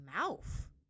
mouth